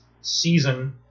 season